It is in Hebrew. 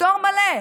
פטור מלא.